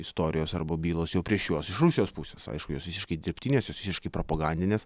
istorijos arba bylos jau prieš juos iš rusijos pusės aišku jos visiškai dirbtinės jos visiškai propagandinės